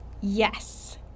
Yes